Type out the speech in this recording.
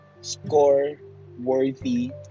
score-worthy